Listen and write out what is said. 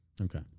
Okay